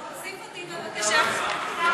סעיפים 1 4 נתקבלו.